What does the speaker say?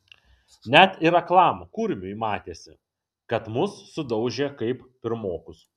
net ir aklam kurmiui matėsi kad mus sudaužė kaip pirmokus